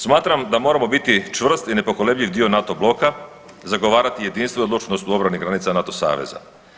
Smatram da moramo biti čvrst i nepokolebljiv dio NATO bloka, zagovarati jedinstvo i odlučnost u obrani granica NATO saveza.